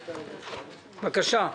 בבקשה.